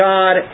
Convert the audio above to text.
God